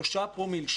שלושה פרומיל.